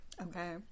Okay